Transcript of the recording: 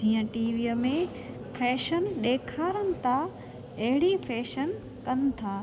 जीअं टीवीअ में फैशन ॾेखारनि था अहिड़ी फैशन कनि था